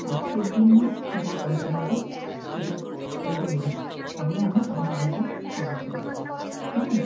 আর এর জন্য যা পয়সা লাগবে সেটা একটু বলে দিন তাহলে আমি আপনার বিলটা পেমেন্ট করে দেবো কেমন